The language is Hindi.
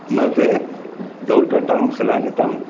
मैं तो ज़ोर करता हूँ सलाह देता हूँ